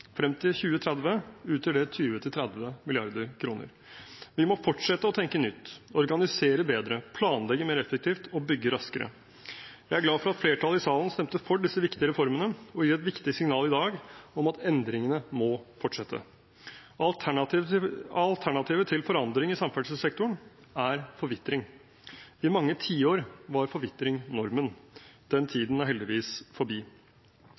Frem til 2030 utgjør det 20–30 mrd. kr. Vi må fortsette å tenke nytt, organisere bedre, planlegge mer effektivt og bygge raskere. Jeg er glad for at flertallet i salen stemte for disse viktige reformene og i dag gir et viktig signal om at endringene må fortsette. Alternativet til forandringer i samferdselssektoren er forvitring. I mange tiår var forvitring normen. Den tiden er heldigvis forbi.